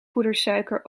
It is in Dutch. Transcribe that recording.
poedersuiker